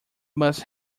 must